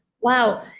wow